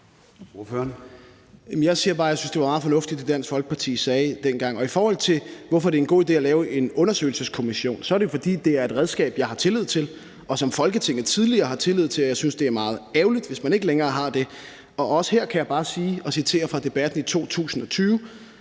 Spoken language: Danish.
Jeg siger bare, at jeg synes, at det, Dansk Folkeparti sagde dengang, var meget fornuftigt. I forhold til hvorfor det er en god idé at lave en undersøgelseskommission, er det jo, fordi det er et redskab, jeg har tillid til, og som Folketinget tidligere har haft tillid til. Jeg synes, det er meget ærgerligt, hvis man ikke længere har det. Også her kan jeg bare citere fra debatten i 2020: